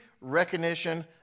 recognition